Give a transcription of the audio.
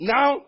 Now